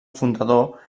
fundador